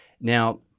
Now